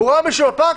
הוא ראה מישהו בפארק,